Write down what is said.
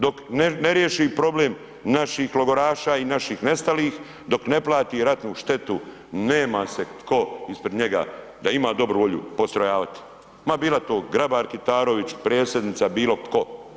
Dok ne riješi problem naših logoraša i naših nestalih, dok ne plati ratnu štetu nema se tko ispred njega da ima dobru volju postrojavati, ma bila to Grabar Kitarović predsjednica, bilo tko.